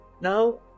Now